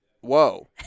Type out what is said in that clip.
whoa